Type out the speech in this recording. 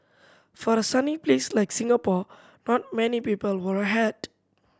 for a sunny place like Singapore not many people wear a hat